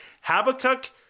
Habakkuk